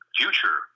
future